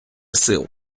сил